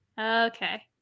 okay